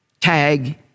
Tag